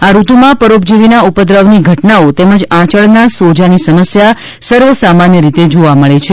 આ ઋતુમાં પરોપજીવીના ઉપદ્રવની ઘટનાઓ તેમજ આંચળના સોજાની સમસ્યા સર્વસામાન્ય રીતે જોવા મળે છે